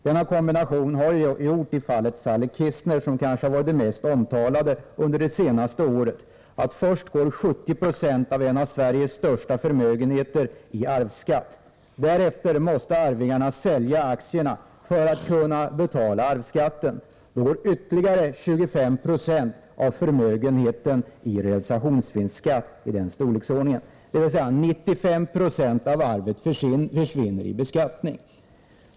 Denna kombination har i fallet Sally Kistner, som kanske varit det mest omtalade under det senaste året, gjort att först 70 90 av en av Sveriges största förmögenheter går bort i form av arvsskatt och att arvingarna därefter måste sälja aktierna för att kunna betala arvsskatten, varvid ytterligare ca 25 90 av förmögenheten går bort i form av realisationsvinstsskatt. 95 90 av arvet försvinner således genom beskattning.